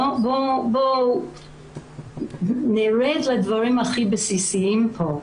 בואו נרד לדברים הכי בסיסיים פה.